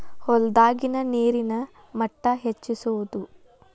ಹೊಲದಾಗಿನ ನೇರಿನ ಮಟ್ಟಾ ಹೆಚ್ಚಿಸುವದು